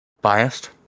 biased